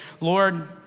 Lord